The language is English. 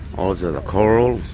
also the coral,